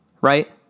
right